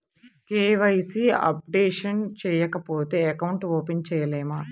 KYC updation చేయకపోతే account open చేయలేమా?